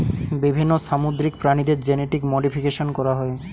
বিভিন্ন সামুদ্রিক প্রাণীদের জেনেটিক মডিফিকেশন করা হয়